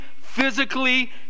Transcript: physically